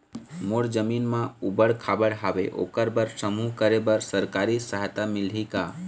मोर जमीन म ऊबड़ खाबड़ हावे ओकर बर समूह करे बर सरकारी सहायता मिलही का?